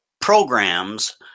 programs